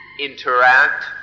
interact